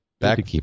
Back